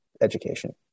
education